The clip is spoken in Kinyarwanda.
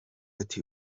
ati